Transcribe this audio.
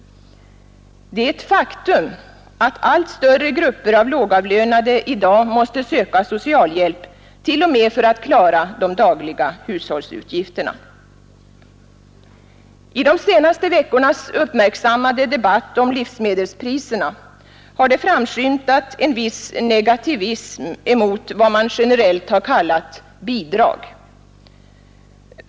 Det är ett faktum att allt större grupper av lågavlönade i dag måste söka socialhjälp t.o.m. för att klara de dagliga hushållsutgifterna. I de senaste veckornas uppmärksammade debatt om livsmedelspriserna har det framskymtat en viss negativism mot vad man generellt har kallat bidrag.